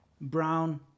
brown